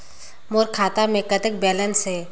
मोर खाता मे कतेक बैलेंस हे?